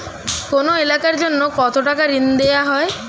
কোন এলাকার জন্য কত টাকা ঋণ দেয়া হয়?